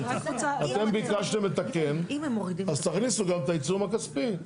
אתם ביקשתם לתקן, אז תכניסו גם את העיצום הכספי.